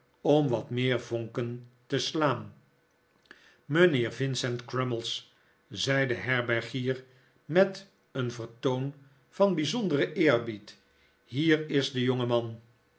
om wat meer vonken te slaan mijnheer vincent crummies zei de herbergier met een vertoon van bijzonderen eerbied hier is de jongeman